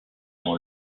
dans